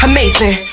Amazing